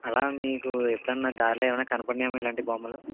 అలా మీకు ఎప్పుడైనా దారిలో ఏమైనా కనపడ్డాయా అమ్మ ఇలాంటి బొమ్మలు